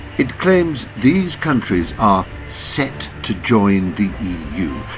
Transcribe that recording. it claims these countries are set to join the eu.